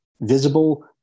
visible